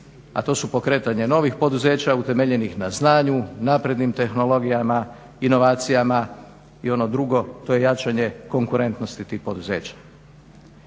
a to su pokretanje novih poduzeća utemeljenih na znanju, naprednim tehnologijama, inovacijama i ono drugo to je jačanje konkurentnosti tih poduzeća.